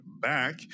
back